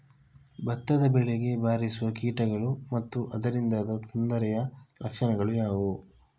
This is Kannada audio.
ಭತ್ತದ ಬೆಳೆಗೆ ಬಾರಿಸುವ ಕೀಟಗಳು ಮತ್ತು ಅದರಿಂದಾದ ತೊಂದರೆಯ ಲಕ್ಷಣಗಳು ಯಾವುವು?